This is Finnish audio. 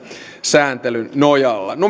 sääntelyn nojalla